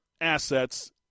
assets